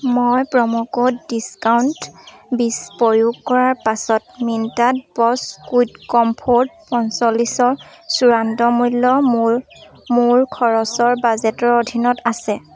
মই promo code discount বিছ প্ৰয়োগ কৰাৰ পাছত মিন্ত্ৰাত ব'ছ কুইক কমফৰ্ট পঞ্চল্লিছৰ চূড়ান্ত মূল্য মোৰ মোৰ খৰচৰ বাজেটৰ অধীনত আছে